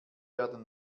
werden